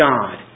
God